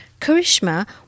Karishma